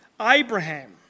Abraham